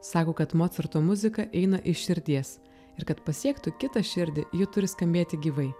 sako kad mocarto muzika eina iš širdies ir kad pasiektų kitą širdį ji turi skambėti gyvai